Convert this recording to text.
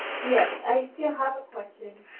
yeah um you know have a question.